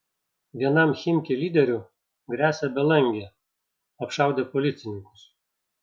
vienam chimki lyderių gresia belangė apšaudė policininkus